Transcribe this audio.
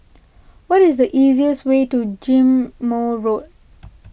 what is the easiest way to Ghim Moh Road